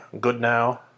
Goodnow